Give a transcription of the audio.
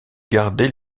garder